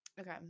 Okay